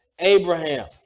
Abraham